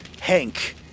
Hank